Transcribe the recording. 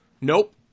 Nope